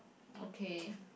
okay